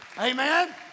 Amen